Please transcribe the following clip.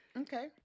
Okay